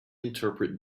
interpret